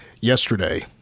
yesterday